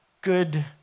good